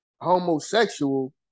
homosexual